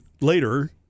later